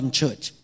church